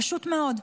פשוט מאוד.